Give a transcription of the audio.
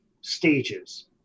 stages